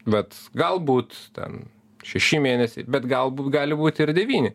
vat galbūt ten šeši mėnesiai bet galbūt gali būti ir devyni